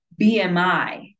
BMI